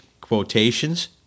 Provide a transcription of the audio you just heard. quotations